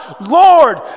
Lord